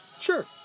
Sure